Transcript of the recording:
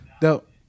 dope